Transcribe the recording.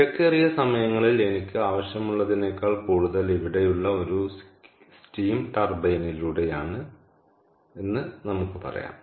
തിരക്കേറിയ സമയങ്ങളിൽ എനിക്ക് ആവശ്യമുള്ളതിനേക്കാൾ കൂടുതൽ ഇവിടെയുള്ള ഒരു സ്റ്റീം ടർബൈനിലൂടെയെന്ന് നമുക്ക് പറയാം